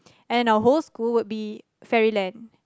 and our whole school will be fairy land